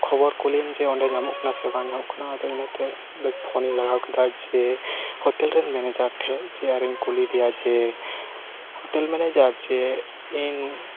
ᱠᱷᱚᱵᱚᱨ ᱠᱩᱞᱤᱭᱮᱢ ᱡᱮ ᱚᱸᱰᱮ ᱧᱟᱢᱚᱜ ᱠᱟᱱᱟ ᱥᱮ ᱵᱟᱝ ᱧᱟᱢᱚᱜ ᱠᱟᱱᱟ ᱤᱱᱟᱹᱛᱮ ᱯᱷᱳᱱᱤᱧ ᱞᱟᱜᱟᱣ ᱠᱮᱫᱟ ᱡᱮ ᱦᱳᱴᱮᱞ ᱨᱮᱱ ᱢᱮᱱᱮᱡᱟᱨ ᱴᱷᱮᱱ ᱟᱨᱤᱧ ᱠᱩᱞᱤ ᱭᱮᱫᱮᱭᱟ ᱡᱮ ᱦᱳᱴᱮᱞ ᱢᱮᱱᱮᱡᱟᱨ ᱡᱮ ᱤᱧ